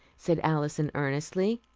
said alison earnestly.